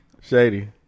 Shady